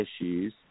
issues